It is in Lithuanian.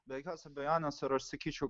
be jokios abejonės ir sakyčiau